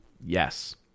yes